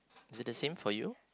is it the same for you